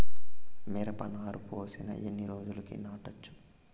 మిరప నారు పోసిన ఎన్ని రోజులకు నాటచ్చు?